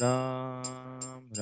Ram